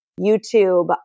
YouTube